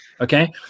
Okay